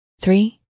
three